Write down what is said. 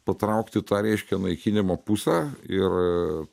patraukt į tą reiškia naikinimo pusę ir